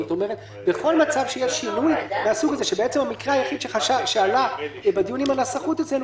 המקרה היחיד שעלה בדיון עם הנסחות אצלנו